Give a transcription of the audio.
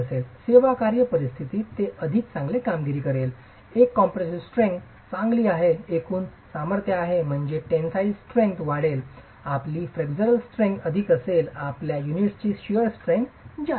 सेवाकार्य परिस्थितीत ते अधिक चांगले कामगिरी करेल एक कॉम्प्रेसीव स्ट्रेंग्थ चांगली आहे एकूणच सामर्थ्य आहे म्हणजेच टेनसाईल स्ट्रेंग्थ वाढेल आपली फ्लेक्सरल स्ट्रेंग्थ अधिक असेल आपली युनिट्सची शेअर स्ट्रेंग्थ शेअर strength जास्त असेल